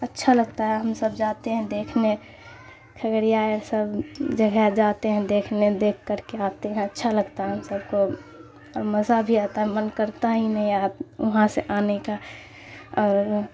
اچھا لگتا ہے ہم سب جاتے ہیں دیکھنےکھگریا سب جگہ جاتے ہیں دیکھنے دیکھ کر کے آتے ہیں اچھا لگتا ہے ہم سب کو اور مزہ بھی آتا ہے من کرتا ہی نہیں وہاں سے آنے کا اور